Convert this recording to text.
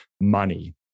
money